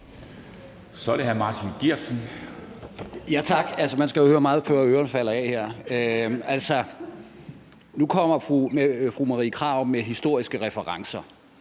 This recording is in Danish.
Kl. 10:38 Martin Geertsen (V): Tak. Man skal jo høre meget, før ørerne falder af. Altså, nu kommer fru Marie Krarup med historiske referencer,